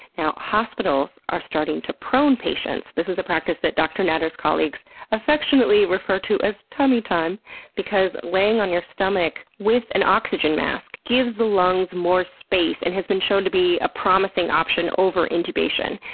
now, hospitals are starting to prone patients. this is a practice that dr. natter's colleagues affectionately refer to as tummy time because laying on your stomach with an oxygen mask gives the lungs more space and has been shown to be a promising option over intubation.